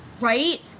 Right